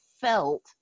felt